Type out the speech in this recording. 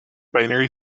binary